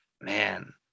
man